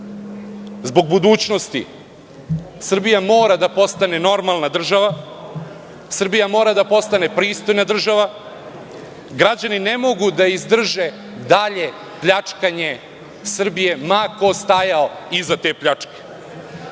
zbog budućnosti, Srbija mora da postane normalna država, Srbija mora da postane pristojna država, građani ne mogu da izdrže dalje pljačkanje Srbije, ma ko stajao iza te pljačke.